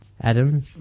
Adam